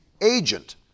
agent